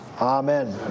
Amen